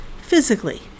Physically